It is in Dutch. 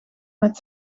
met